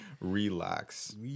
Relax